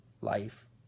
life